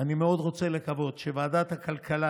ואני מאוד רוצה לקוות שוועדת הכלכלה,